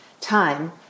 time